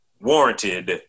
warranted